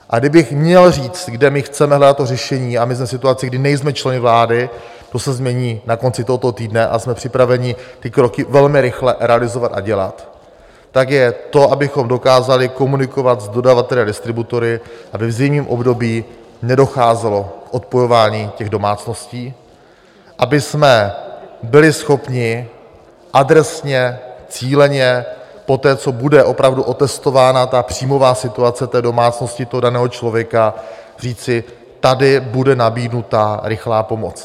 Ale kdybych měl říct, kde my chceme hledat řešení a my jsme v situaci, kdy nejsme členy vlády, to se změní na konci tohoto týdne a jsme připraveni ty kroky velmi rychle realizovat a dělat tak je to, abychom dokázali komunikovat s dodavateli a distributory, aby v zimním období nedocházelo k odpojování domácností, abychom byli schopni adresně, cíleně poté, co bude opravdu otestována příjmová situace domácnosti, daného člověka, říci tady bude nabídnuta rychlá pomoc.